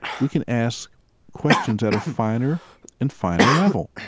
we can ask questions that are finer and finer level.